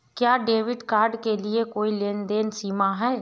क्या debit card के लिए कोई लेनदेन सीमा है?